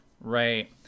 Right